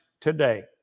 today